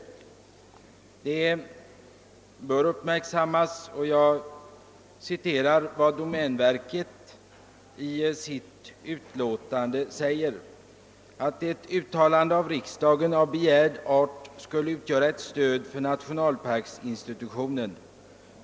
Jag citerar vad domänverket säger i sitt utlåtande: >——— ett uttalande av riksdagen av begärd art skulle utgöra ett stöd för nationalparksinstitutionen.